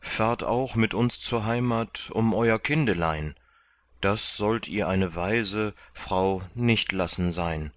fahrt auch mit uns zur heimat um euer kindelein das sollt ihr eine waise frau nicht lassen sein